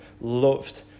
loved